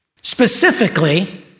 Specifically